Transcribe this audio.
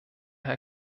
herr